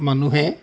মানুহে